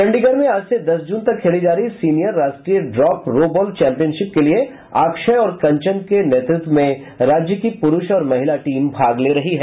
चंडीगढ़ में आज से दस जून तक खेली जा रही सीनियर राष्ट्रीय ड्राप रोबॉल चैम्पियनशिप के लिए अक्षय और कंचन के नेतृत्व में राज्य की पुरूष और महिला टीम भाग ले रही है